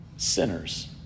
Sinners